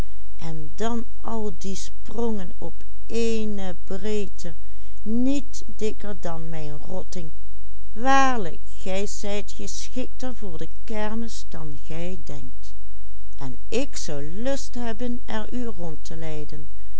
waarlijk gij zijt geschikter voor de kermis dan gij denkt en ik zou lust hebben er u rond te leiden